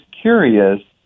curious